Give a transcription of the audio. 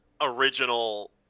original